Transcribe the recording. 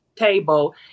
table